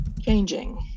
changing